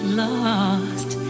lost